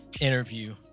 interview